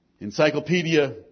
Encyclopedia